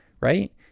right